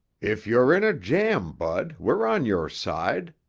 if you're in a jam, bud, we're on your side,